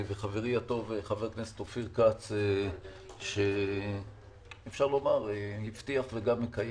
חברי הטוב, חבר הכנסת אופיר כץ שהבטיח וגם מקיים.